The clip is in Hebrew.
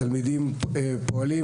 פעילים,